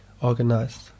organized